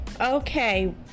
Okay